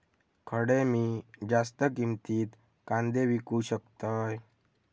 खडे मी जास्त किमतीत कांदे विकू शकतय?